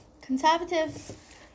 Conservatives